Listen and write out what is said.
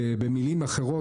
במלים אחרות,